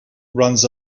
runs